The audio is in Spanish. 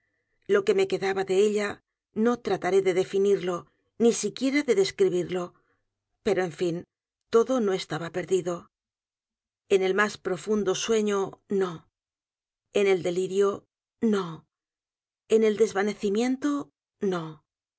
lo que me quedaba de ella no trataré de definirlo ni siquiera de describirlo pero en fin todo no estaba perdido en el más profundo sueño no en el delirio no en el desvanecimiento no